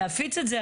להפיץ את זה,